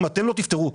אם אתם לא תפתרו,